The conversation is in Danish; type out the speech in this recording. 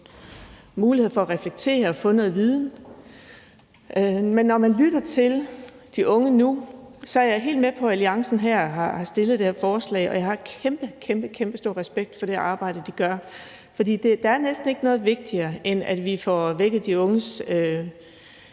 muligheder for at reflektere og få noget viden. Men når man lytter til de unge nu, må jeg sige, at jeg er helt med på, at alliancen her har stillet det her forslag, og jeg har kæmpe, kæmpe stor respekt for det arbejde, de gør. For der er næsten ikke noget vigtigere, end at vi får vækket de unges